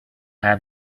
have